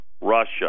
Russia